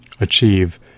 achieve